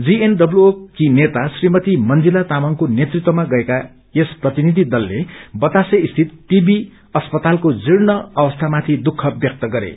जीएनडब्ल्युओकी नेता श्रीमती मंजीला तामाङको नेतत्वमा गएका यस प्रतिनिधि दलले बतासे स्थित टीबी अस्पतालको जीर्ण अवस्थामाथि दुःख व्यक्त गरे